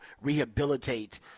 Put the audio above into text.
rehabilitate